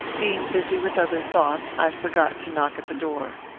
being busy with other thoughts, i forgot to knock at the door.